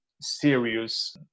serious